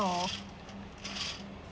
oh